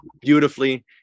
beautifully